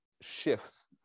shifts